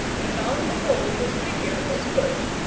and on the whole his figure is good.